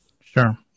Sure